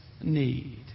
need